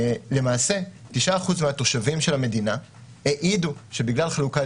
למעשה 9% מהתושבים של המדינה העידו שבגלל חלוקת